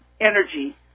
energy